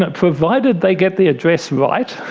ah provided they get the address right,